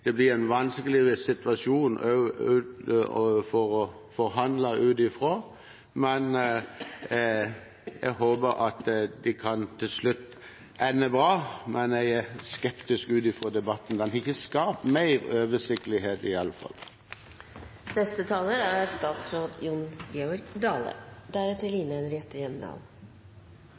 det blir en vanskeligere situasjon å forhandle ut fra – kan det til slutt ende bra. Men jeg er skeptisk ut fra debatten. Den har i alle fall ikke skapt mer oversiktlighet.